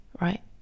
right